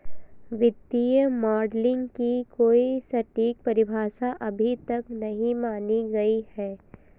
वित्तीय मॉडलिंग की कोई सटीक परिभाषा अभी तक नहीं मानी गयी है